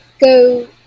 go